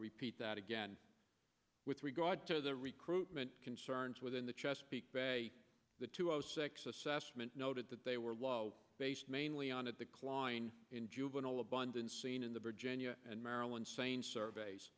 repeat that again with regard to the recruitment concerns within the chesapeake bay the two zero zero six assessment noted that they were low based mainly on at the klein in juvenile abundance seen in the virginia and maryland st surveys